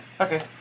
Okay